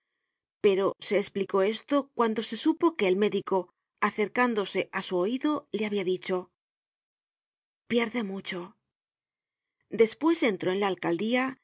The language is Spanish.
pero se esplicó esto cuando se supo que el médico acercándose á su oido le habia dicho pierde mucho content from google book search generated at despues entró en la alcaldía